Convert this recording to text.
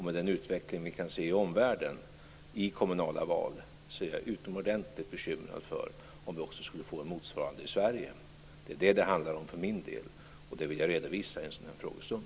Med den utveckling som vi kan se i kommunala val i omvärlden är jag utomordentligt bekymrad för om vi skulle få en motsvarande utveckling i Sverige. Det är detta som det handlar om för min del, och det vill jag redovisa i en sådan här frågestund.